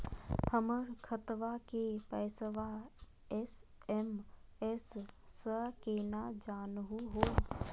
हमर खतवा के पैसवा एस.एम.एस स केना जानहु हो?